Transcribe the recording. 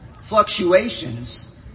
fluctuations